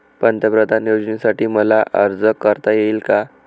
पंतप्रधान योजनेसाठी मला अर्ज करता येईल का?